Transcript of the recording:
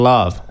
Love